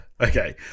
Okay